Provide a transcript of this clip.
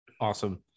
Awesome